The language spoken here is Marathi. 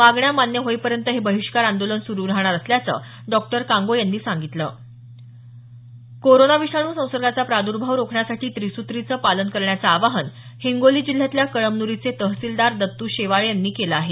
मागण्या मान्य होईपर्यंत हे बहिष्कार आंदोलन सुरू राहणार असल्याचं डॉ कांगो यांनी सांगितलं कोरोना विषाणू संसर्गाचा प्रादुर्भाव रोखण्यासाठी त्रिसुत्रीचं पालन करण्याचं आवाहन हिंगोली जिल्ह्यातल्या कळमनुरीचे तहसीलदार दत्तू शेवाळे यांनी केलं आहे